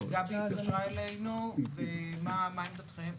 גבי התקשרה אלינו, מה עמדתכם?